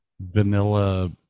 Vanilla